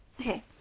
Okay